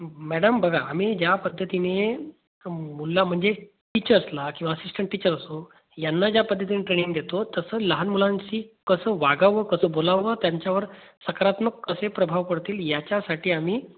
madam बघा आम्ही ज्या पद्धतीने मुला म्हणजे टीचर्सला किंवा असिस्टंट टीचर असो यांना ज्या पद्धतीने ट्रेनिंग देतो तसं लहान मुलांशी कसं वागावं कसं बोलावं त्यांच्यावर सकारात्मक कसे प्रभाव पडतील याच्यासाठी आम्ही